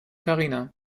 karina